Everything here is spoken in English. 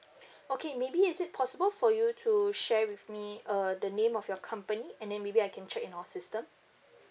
okay maybe is it possible for you to share with me uh the name of your company and then maybe I can check in our system